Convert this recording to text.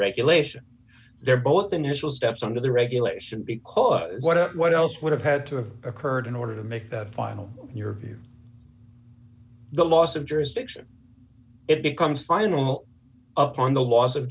regulation they're both initial steps under the regulation because what else would have had to have occurred in order to make that final in your view the loss of jurisdiction it becomes final upon the laws of